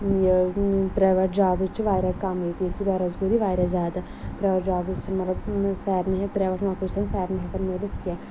یہِ private jobs چھِ واریاہ کَم ییٚتہِ ییٚتہِ چھِ بے روزگٲری واریاہ زیادٕ پرٛیوٮ۪ٹ جابٕز چھِنہٕ مطلب سارنی ہہِ پرٛیوٮ۪ٹ نوکری چھَنہٕ سارنی ہٮ۪کان میٖلِتھ کیٚنٛہہ